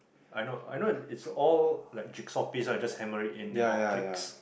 I know I know its all like jigsaw piece then you just hammer it in then all clicks